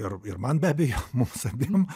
ir ir man be abejo mums abiem